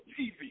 TV